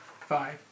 Five